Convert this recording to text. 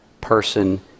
person